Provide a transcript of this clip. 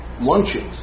lunches